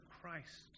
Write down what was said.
Christ